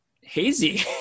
hazy